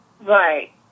Right